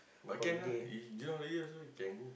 but can lah if June holiday also we can go